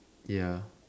ya